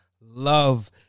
love